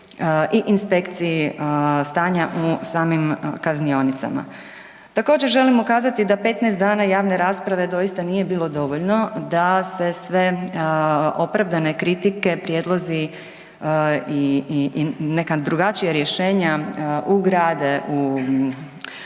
i inspekcije stanja u samim kaznionicama. Također želim ukazati da 15 dana javne rasprave doista nije bilo dovoljno da se sve opravdane kritike, prijedlozi i, i, i neka drugačija rješenja ugrade u